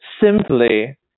simply